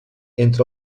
entre